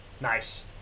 Nice